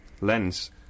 Lens